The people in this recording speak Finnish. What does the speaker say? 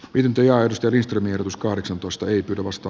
ylimpiä ystävistä virtus kahdeksantoista ei pidä vasta